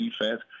defense